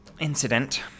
incident